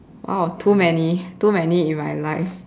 !wow! too many too many in my life